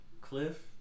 Cliff –